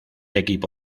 equipo